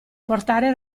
portare